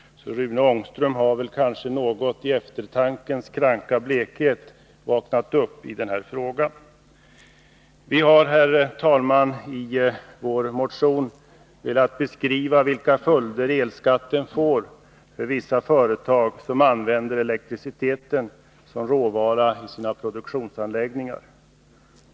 Rune Ångström har kanske något i eftertankens kranka blekhet vaknat upp när det gäller den här frågan. Vi har, herr talman, i vår motion velat beskriva vilka följder elskatten får för vissa företag som använder elektriciteten som råvara i sina produktionsanläggningar.